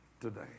today